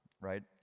right